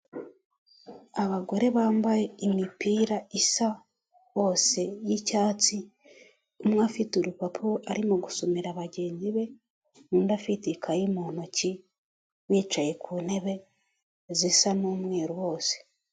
Abagore bambaye imipira isa bose y'icyatsi umwe afite urupapuro arimo gusomera bagenzi be undi afite ikayi mu ntoki bicaye ku ntebe zisa n'umweru bose.